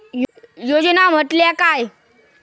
योजना म्हटल्या काय?